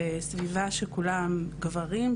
בסביבה שכולם גברים,